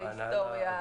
בהיסטוריה,